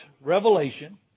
Revelation